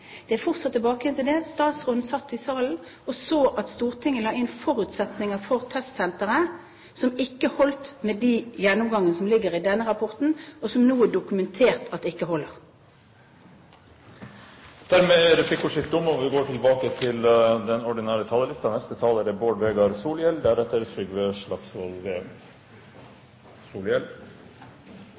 fortsatt tilbake til dette: Statsråden satt i salen og så at Stortinget la inn forutsetninger for testsenteret som ikke holdt med den gjennomgangen som ligger i denne rapporten, og som nå er dokumentert at ikke holder. Replikkordskiftet er omme. Lat meg først seie at SV vil stemme mot mistillitsforslaget som er